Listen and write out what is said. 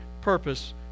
purpose